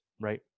Right